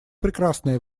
прекрасное